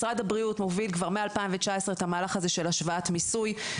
משרד הבריאות מוביל כבר מ-2019 את המהלך הזה של השוואת מיסוי,